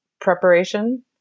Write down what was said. preparation